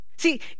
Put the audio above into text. See